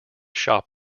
shop